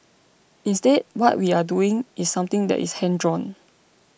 instead what we are doing is something that is hand drawn